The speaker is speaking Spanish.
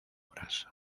obras